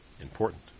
important